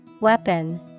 Weapon